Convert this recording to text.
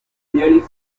clearly